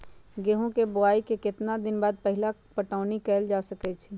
गेंहू के बोआई के केतना दिन बाद पहिला पटौनी कैल जा सकैछि?